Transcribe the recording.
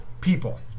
people